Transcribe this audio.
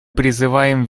призываем